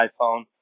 iPhone